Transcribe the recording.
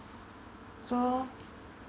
so